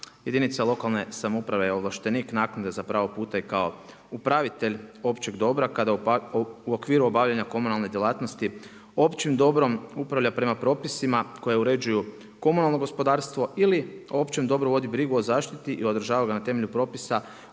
Jedinica lokalne samouprave je ovlaštenik naknade za pravog puta i kao upravitelj općeg dobra kada u okviru obavljanju komunalne djelatnosti, općim dobrom upravlja prema propisima koje uređuju komunalno gospodarstvo ili općem dobru vodi brigu o zaštiti i o održava ga na temelju propisa